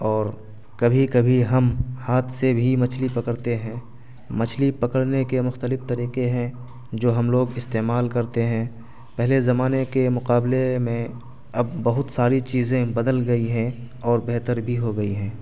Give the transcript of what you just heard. اور کبھی کبھی ہم ہاتھ سے بھی مچھلی پکڑتے ہیں مچھلی پکڑنے کے مختلف طریقے ہیں جو ہم لوگ استعمال کرتے ہیں پہلے زمانے کے مقابلے میں اب بہت ساری چیزیں بدل گئی ہیں اور بہتر بھی ہو گئی ہیں